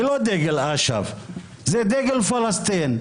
זה לא דגל אש"ף, זה דגל פלסטין.